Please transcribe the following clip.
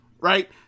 right